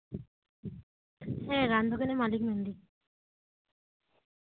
ᱦᱮᱸ ᱨᱟᱱ ᱫᱚᱠᱟᱱ ᱨᱮᱱ ᱢᱟᱞᱤᱠᱤᱧ ᱢᱮᱱᱫᱟ